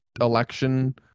election